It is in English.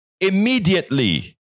immediately